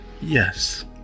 Yes